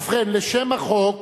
ובכן, לשם החוק